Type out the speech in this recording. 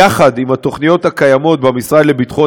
יחד עם התוכניות הקיימות במשרד לביטחון